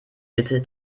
bitte